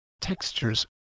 textures